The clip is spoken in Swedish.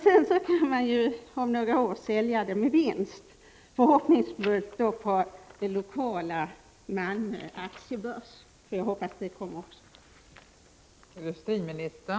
1985/86:83 om några år sälja sin andel med vinst — förhoppningsvis på den lokala 20 februari 1986 aktiebörsen i Malmö, som jag hoppas skall bildas. Ons kultur. och iftför